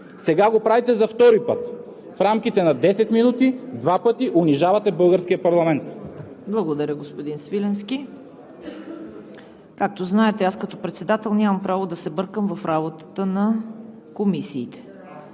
сега го правите за втори път. В рамките на 10 минути два пъти унижавате българския парламент! ПРЕДСЕДАТЕЛ ЦВЕТА КАРАЯНЧЕВА: Благодаря, господин Свиленски. Както знаете, като председател нямам право да се бъркам в работата на комисиите.